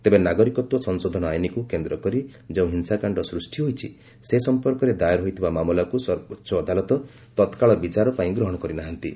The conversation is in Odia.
ତେବେ ନାଗରିକତ୍ୱ ସଂଶୋଧନ ଆଇନ୍କୁ କେନ୍ଦ୍ର କରି ଯେଉଁ ହିଂସାକାଣ୍ଡ ସୃଷ୍ଟି ହୋଇଛି ସେହି ସମ୍ପର୍କରେ ଦାଏର ହୋଇଥିବା ମାମଲାକୁ ସର୍ବୋଚ୍ଚ ଅଦାଲତ ତତ୍କାଳ ବିଚାର ପାଇଁ ଗ୍ରହଣ କରିନାହାନ୍ତି